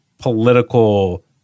political